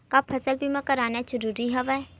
का फसल बीमा करवाना ज़रूरी हवय?